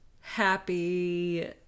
Happy